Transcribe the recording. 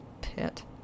pit